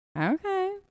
Okay